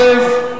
א.